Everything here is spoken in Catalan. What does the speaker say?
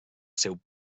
seu